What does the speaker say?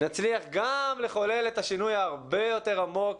נצליח גם לחולל את השינוי ההרבה יותר עמוק